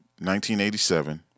1987